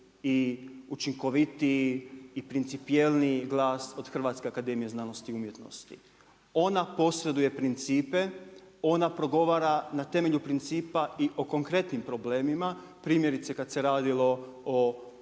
i učinkovitiji i principijelniji glas od Hrvatske akademije znanosti i umjetnosti. Ona posreduje principe, ona progovara na temelju principa i o konkretnim problemima. Primjerice, kada se radilo o